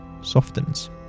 softens